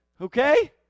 okay